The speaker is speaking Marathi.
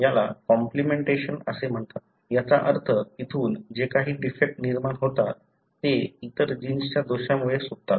याला कॉम्प्लिमेंटेशन असे म्हणतात याचा अर्थ इथून जे काही डिफेक्ट निर्माण होतात ते इतर जीन्सच्या दोषामुळे सुटतात